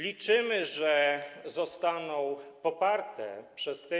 Liczymy, że zostaną poparte przez tych.